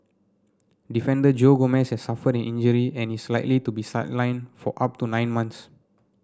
defender Joe Gomez suffered an injury and is likely to be sidelined for up to nine months